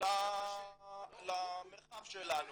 למרחב שלנו